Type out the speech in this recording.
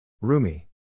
Rumi